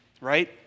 right